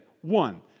One